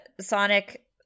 Sonic